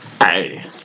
Hey